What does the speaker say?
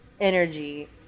energy